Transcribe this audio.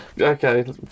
Okay